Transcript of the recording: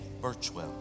birchwell